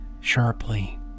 sharply